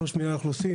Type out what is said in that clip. ראש מנהל האוכלוסין,